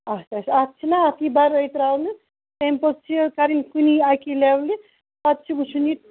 اَچھا اَچھا اَتھ چھِنا اَتھ یِیہِ بَرٲے ترٛاونہٕ تَمہِ پتہٕ چھِ کَرٕنۍ کُنی اَکی لیٚولہِ پَتہٕ چھُ وُچھُن یہِ